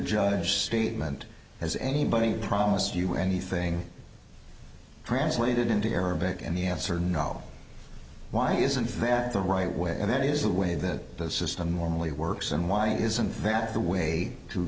judge statement as anybody promise you anything translated into arabic and the answer know why isn't that the right way and that is the way that the system normally works and why isn't that the way to